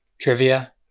trivia